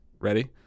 Ready